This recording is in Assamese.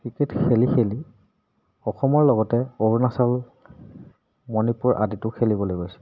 ক্ৰিকেট খেলি খেলি অসমৰ লগতে অৰুণাচল মণিপুৰ আদিটো খেলিবলৈ গৈছে